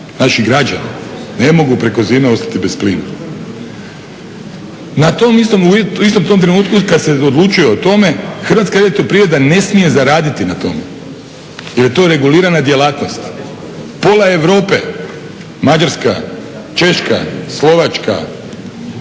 Naši građani ne mogu preko zime ostati bez plina. U istom tom trenutku kada se odlučuje o tome Hrvatska elektroprivreda ne smije zaraditi na tome jer je to regulirana djelatnost. Pola Europe Mađarska, Češka, Slovačka,